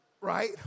Right